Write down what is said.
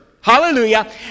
hallelujah